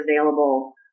available